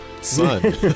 son